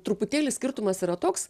truputėlį skirtumas yra toks